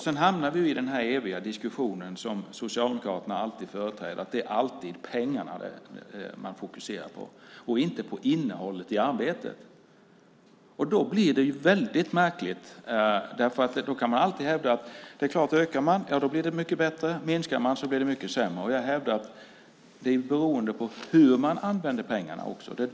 Vi hamnar i den eviga argumentation som Socialdemokraterna alltid företräder, att det är pengarna man fokuserar på och inte på innehållet i arbetet. Det blir väldigt märkligt. Man kan då alltid hävda att om man ökar blir det mycket bättre och om man minskar blir det mycket sämre. Jag hävdar att det beror på hur man använder pengarna.